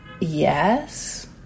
Yes